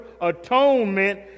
atonement